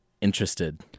interested